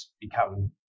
become